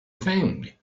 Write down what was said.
thing